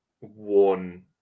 one